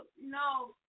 no